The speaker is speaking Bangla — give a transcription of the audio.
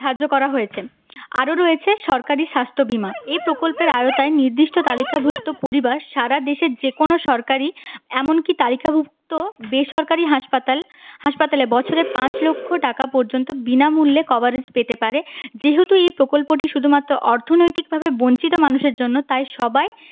ধার্য করা হয়েছে আরও রয়েছে সরকারি স্বাস্থ্য বীমা এই প্রকল্পের আয়তায় নির্দিষ্ট তালিকাভুক্ত পরিবার সারা দেশের যে কোনো সরকারি এমনকি তালিকাভুক্ত বেসরকারি হাসপাতাল হাসপাতালে বছরে পাঁচ লক্ষ টাকা পর্যন্ত বিনামূল্যে কভারেজ পেতে পারে যেহেতু এই প্রকল্পটি শুধুমাত্র অর্থনৈতিকভাবে বঞ্চিত মানুষের জন্য তাই সবাই